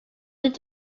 did